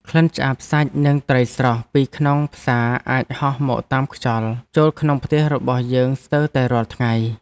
ក្លិនឆ្អាតសាច់និងត្រីស្រស់ពីក្នុងផ្សារអាចហោះមកតាមខ្យល់ចូលក្នុងផ្ទះរបស់យើងស្ទើរតែរាល់ថ្ងៃ។